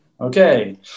Okay